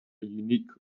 unique